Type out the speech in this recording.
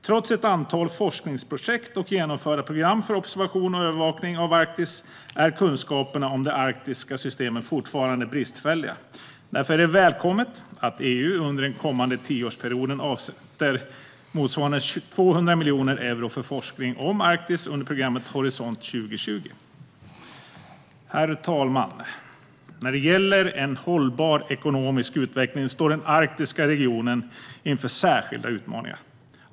Trots ett antal forskningsprojekt och genomförda program för observation och övervakning av Arktis är kunskaperna om de arktiska systemen fortfarande bristfälliga. Därför är det välkommet att EU under den kommande tioårsperioden avsätter motsvarande 200 miljoner euro för forskning om Arktis under programmet Horisont 2020. Herr talman! När det gäller en hållbar ekonomisk utveckling står den arktiska regionen inför särskilda utmaningar.